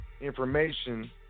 information